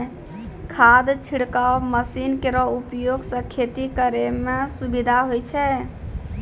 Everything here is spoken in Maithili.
खाद छिड़काव मसीन केरो उपयोग सँ खेती करै म सुबिधा होय छै